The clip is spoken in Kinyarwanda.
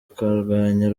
kurwanya